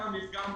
- טעם לפגם.